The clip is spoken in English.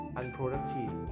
unproductive